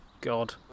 God